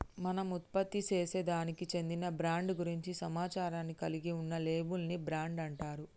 మనం ఉత్పత్తిసేసే దానికి చెందిన బ్రాండ్ గురించి సమాచారాన్ని కలిగి ఉన్న లేబుల్ ని బ్రాండ్ అంటారు